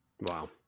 Wow